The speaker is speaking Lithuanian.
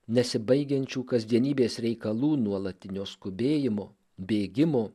nesibaigiančių kasdienybės reikalų nuolatinio skubėjimo bėgimo